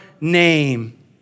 name